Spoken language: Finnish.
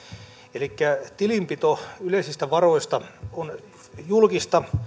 elikkä tilinpito yleisistä varoista on julkista